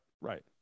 Right